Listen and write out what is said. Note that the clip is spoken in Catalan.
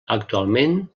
actualment